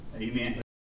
amen